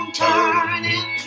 turning